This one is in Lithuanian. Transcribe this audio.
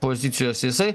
pozicijos jisai